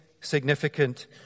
significant